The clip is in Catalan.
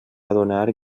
adonar